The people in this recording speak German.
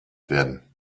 werden